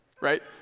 Right